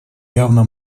явно